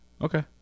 Okay